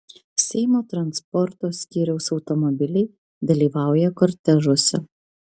seimo transporto skyriaus automobiliai dalyvauja kortežuose